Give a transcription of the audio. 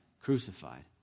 crucified